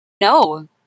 No